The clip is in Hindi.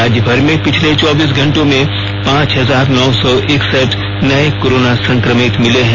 राज्यभर में पिछले चौबीस घंटों में पांच हजार नौ सौ इकसठ नये कोरोना संक्रमित मिले हैं